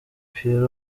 pierrot